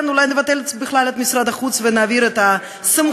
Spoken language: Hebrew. אולי נבטל בכלל את משרד החוץ ונעביר את הסמכויות.